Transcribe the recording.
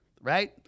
right